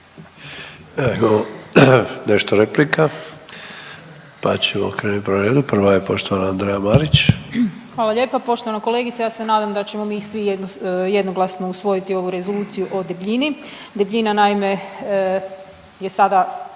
imamo nešto replika pa ćemo krenuti po redu. Prva je poštovana Andreja Marić. **Marić, Andreja (SDP)** Hvala lijepa. Poštovana kolegice ja se nadam da ćemo mi svi jednoglasno usvojiti ovu Rezoluciju o debljini. Debljina naime je sada